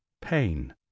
pain